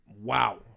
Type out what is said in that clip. Wow